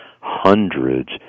hundreds